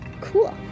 Cool